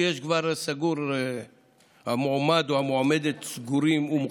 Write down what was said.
כי המועמד או המועמדת סגורים ומוחלטים.